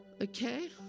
Okay